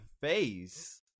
face